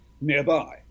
nearby